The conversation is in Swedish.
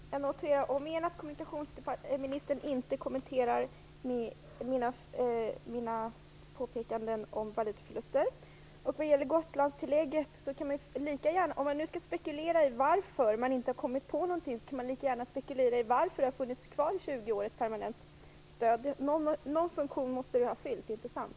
Fru talman! Jag noterar om igen att kommunikationsministern inte kommenterar mina påpekanden om valutaförluster. Om man nu skall spekulera i varför man inte har kommit på någonting när det gäller Gotlandstillägget kan man lika gärna spekulera över varför ett permanent stöd har funnits kvar i 20 år. Någon funktion måste det ju ha fyllt - inte sant?